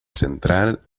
central